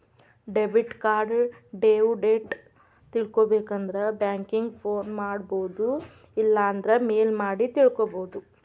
debit card due date ತಿಳ್ಕೊಬೇಕಂದ್ರ banking phone ಮಾಡೊಬೋದು ಇಲ್ಲಾಂದ್ರ ಮೇಲ್ ಮಾಡಿ ತಿಳ್ಕೋಬೋದು